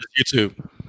YouTube